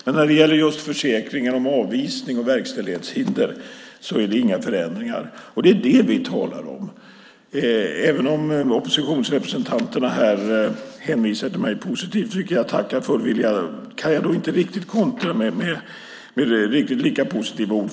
Men när det gäller just försäkringar om avvisning och verkställighetshinder är det inga förändringar, och det är detta vi talar om. Även om oppositionsrepresentanterna här hänvisar till mig positivt, vilket jag tackar för, kan jag inte kontra med riktigt lika positiva ord.